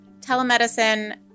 telemedicine